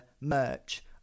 merch